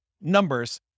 numbers